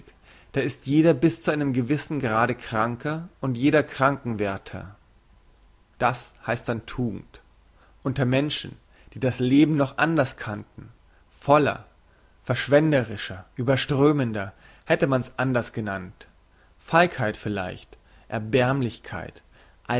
da ist jeder bis zu einem gewissen grade kranker und jeder krankenwärter das heisst dann tugend unter menschen die das leben noch anders kannten voller verschwenderischer überströmender hätte man's anders genannt feigheit vielleicht erbärmlichkeit